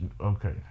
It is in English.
Okay